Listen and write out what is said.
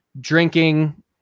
drinking